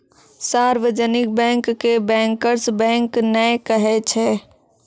सार्जवनिक bank के bankers bank नै कहै छै